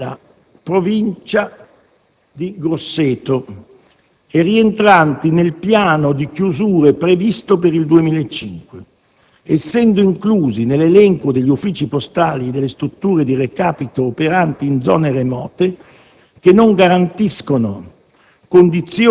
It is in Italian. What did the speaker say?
nella Provincia di Grosseto e rientranti nel piano di chiusure previsto per il 2005, essendo inclusi nell'elenco degli uffici postali e delle strutture di recapito operanti in zone remote che non garantiscono